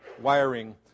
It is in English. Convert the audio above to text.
wiring